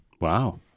Wow